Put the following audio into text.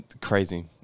crazy